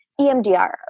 EMDR